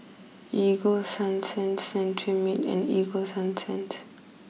Ego Sunsense Cetrimide and Ego Sunsense